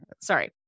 sorry